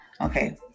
Okay